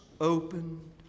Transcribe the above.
opened